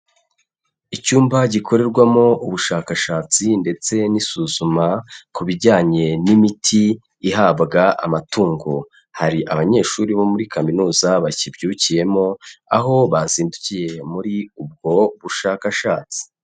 Icyumba gikorerwamo ubushakashatsi ndetse n'isuzuma ku bijyanye n'imiti ihabwa amatungo, hari abanyeshuri bo muri kaminuza bakibyukiyemo, aho bazindukiye muri ubwo bushakashatsi.